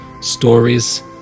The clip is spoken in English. Stories